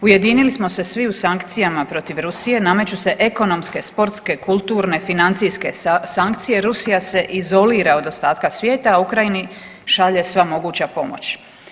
Ujedinili smo se svi u sankcijama protiv Rusije, nameću se ekonomske, sportske, kulturne, financijske sankcije, Rusija se izolira od ostatka svijeta, a Ukrajini šalje sva moguća pomoć.